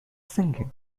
singing